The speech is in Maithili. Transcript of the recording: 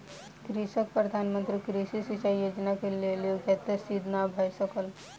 कृषकक प्रधान मंत्री कृषि सिचाई योजना के लेल योग्यता सिद्ध नै भ सकल